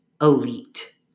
elite